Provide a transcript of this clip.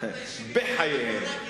ואני בחיי, בחייהם.